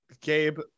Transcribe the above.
Gabe